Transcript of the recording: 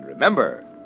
Remember